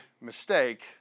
mistake